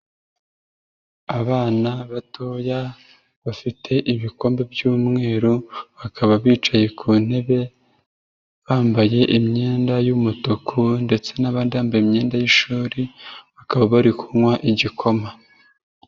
Abana batoya bafite ibikombe by'umweru, bakaba bicaye ku ntebe bambaye imyenda y'umutuku ndetse n'abandi bambaye imyenda y'ishuri bakaba bari kunywa igikoma.